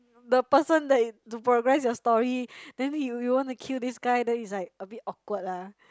the person that to progress your story then you you wanna kill this guy then it's like a bit awkward lah